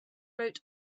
wrote